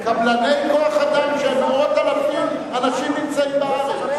קבלני כוח-אדם של מאות אלפי אנשים הנמצאים בארץ.